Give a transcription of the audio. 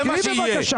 זה מה שיהיה.